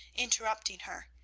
interrupting her,